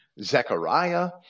Zechariah